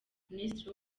minisitiri